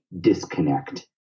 disconnect